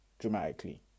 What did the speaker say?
dramatically